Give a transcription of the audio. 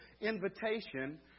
invitation